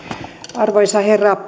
arvoisa herra